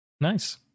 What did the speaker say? Nice